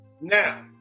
Now